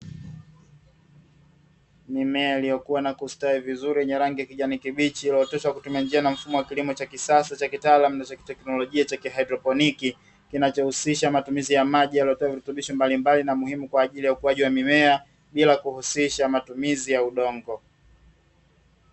Mimea iliyokua na kustawi vizuri yenye rangi ya kijani kibichi, iliyooteshwa kwa kutumia njia na mfumo wa kilimo cha kisasa, cha kitaalamu, na cha kiteknolojia cha kihaidroponiki, kinachohusisha matumizi ya maji yanayotoa virutubisho maalumu, vinavyotumika kwa ajili ya ukuaji wa mimea, bila kuhusisha matumizi ya udongo.